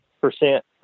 percent